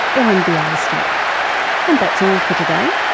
ellen bialystok and that's all for today.